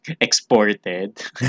exported